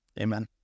Amen